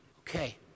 Okay